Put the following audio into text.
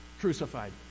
crucified